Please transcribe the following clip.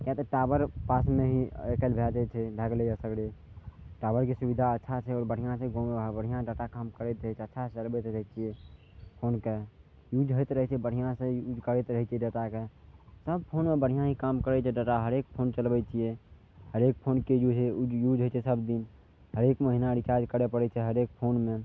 किए तऽ टॉवर पासमे ही आइ काल्हि भए जाइ छै भए गेलै हँ सगरे टॉवरके सुबिधा अच्छा छै आओर बढ़िआँ छै गाँव घर बढ़िआँ डाटा काम करैत अछि अच्छा से चलबैत रहै छियै फोनके यूज होइत रहै छै बढ़िआँ से यूज करैत रहै छियै डाटाके एकरा सभ फोन बढ़िआँ ही काम करै छै डाटा हरेक फोन चलबै छियै हरेक फोनके यूज यूज होइ छै सभदिन हरेक महीना रिचार्ज करै पड़ै छै हरेक फोन मे